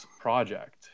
project